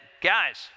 Guys